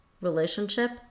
relationship